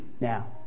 Now